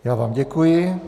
Já vám děkuji.